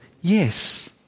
Yes